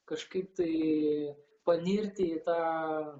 kažkaip tai panirti į tą